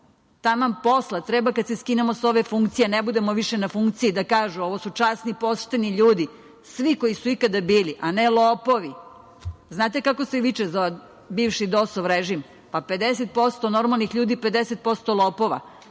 Taman posla, treba kada se skinemo sa ove funkcije, ne budemo više na funkcijama, da kažu, ovo su časni i pošteni ljudi, svi koji su ikada bili, a ne lopovi. Znate kako se zove bivši DOS-ov režim? Pa, 50% normalnih ljudi, 50% lopova.